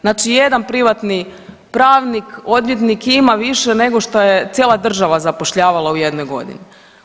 Znači jedan privatni pravnik, odvjetnik ima više nego što je cijela država zapošljavala u jednoj godini.